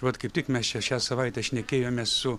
vat kaip tik mes čia šią savaitę šnekėjomės su